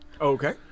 Okay